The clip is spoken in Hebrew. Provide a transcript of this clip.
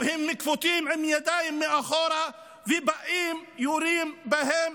הם כפותים עם ידיים מאחור, ובאים ויורים בהם.